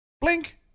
Blink